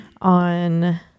on